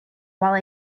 while